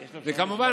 וכמובן,